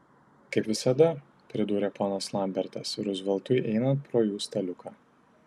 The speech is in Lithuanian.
kaip visada pridūrė ponas lambertas ruzveltui einant pro jų staliuką